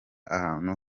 ahantu